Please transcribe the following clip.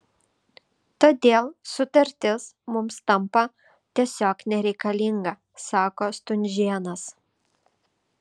todėl sutartis mums tampa tiesiog nereikalinga sako stunžėnas